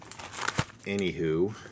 Anywho